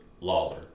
Lawler